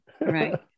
Right